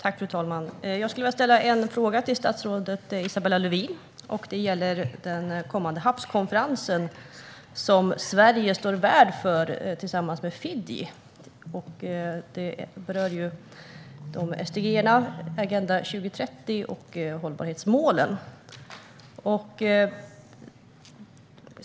Fru talman! Jag vill ställa en fråga till statsrådet Isabella Lövin. Den gäller den kommande havskonferensen som Sverige tillsammans med Fiji står värd för. Där kommer SDG:erna, det vill säga Agenda 2030 och hållbarhetsmålen, att beröras.